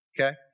okay